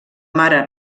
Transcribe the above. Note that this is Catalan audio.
mare